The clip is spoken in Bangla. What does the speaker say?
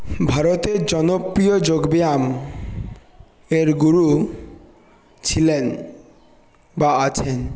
ভারতের জনপ্রিয় যোগব্যায়াম এর গুরু ছিলেন বা আছেন